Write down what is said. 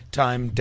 time